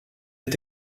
est